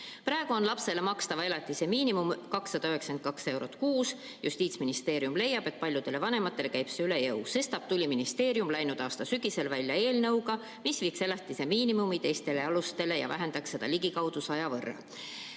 "Praegu on lapsele makstava elatise miinimum 292 eurot kuus. Justiitsministeerium leiab, et paljudele vanematele käib see üle jõu. Sestap tuli ministeerium läinud aasta sügisel välja eelnõuga, mis viiks elatise miinimumi teistele alustele ja vähendaks seda ligikaudu 100 euro